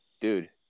dude